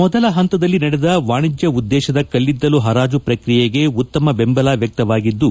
ಮೊದಲ ಹಂತದಲ್ಲಿ ನಡೆದ ವಾಣಿಜ್ಞ ಉದ್ದೇಶದ ಕಲ್ಲಿದ್ದಲು ಹರಾಜು ಪ್ರಕ್ರಿಯೆಗೆ ಉತ್ತಮ ಬೆಂಬಲ ವ್ಯಕ್ತವಾಗಿದ್ದು